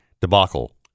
debacle